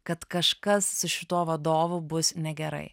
kad kažkas šituo vadovu bus negerai